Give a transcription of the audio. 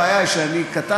אצלי הבעיה היא שאני קטן,